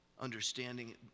understanding